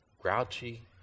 grouchy